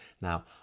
Now